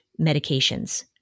medications